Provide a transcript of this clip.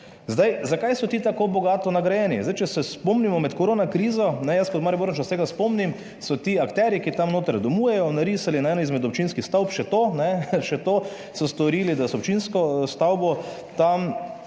Zakaj so ti tako bogato nagrajeni? Zdaj če se spomnimo med korona krizo, jaz kot Mariborčan se tega spomnim so ti akterji ki tam notri domujejo narisali na eno izmed občinskih stavb, še to ne še to so storili, da so občinsko stavbo tam